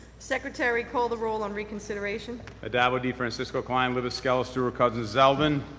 secretary call the roll on reconsideration. addabbo, defrancisco, klein, libous, skelos, stewart-cousins, zeldin.